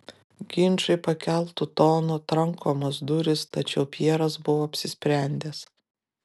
ginčai pakeltu tonu trankomos durys tačiau pjeras buvo apsisprendęs